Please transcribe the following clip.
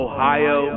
Ohio